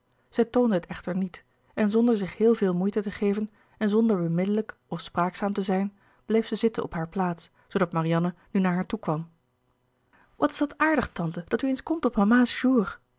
zij toonde het echter niet en zonder zich heel veel moeite te geven en zonder beminnelijk of spraakzaam te zijn bleef zij zitten op hare plaats zoodat marianne nu naar haar toekwam louis couperus de boeken der kleine zielen wat is dat aardig tante dat u eens komt op mama's